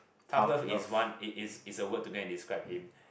tough love is one it is is a word to go and describe him